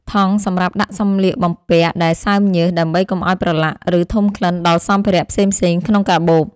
ថង់សម្រាប់ដាក់សម្លៀកបំពាក់ដែលសើមញើស ដើម្បីកុំឱ្យប្រឡាក់ ឬធំក្លិនដល់សម្ភារៈផ្សេងៗក្នុងកាបូប។